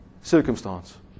circumstance